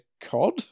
COD